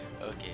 Okay